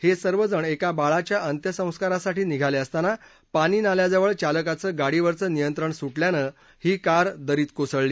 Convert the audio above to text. हे सर्वजण एका बाळाच्या अंत्यसंस्कारासाठी निघाले असताना पानी नाल्याजवळ चालकाचं गाडीवरचं नियंत्रण सुटल्यानं ही कार दरीत कोसळली